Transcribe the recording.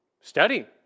study